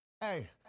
hey